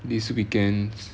these weekends